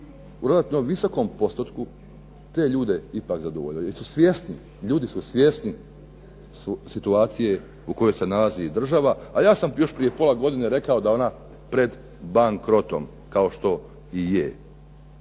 u jednom visokom postotku te ljude ipak zadovoljili jer su svjesni, ljudi su svjesni situacije u kojoj se nalazi država. A ja sam još prije pola godine rekao da je ona pred bankrotom kao što i je.